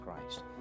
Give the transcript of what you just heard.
Christ